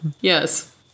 Yes